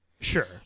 Sure